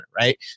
right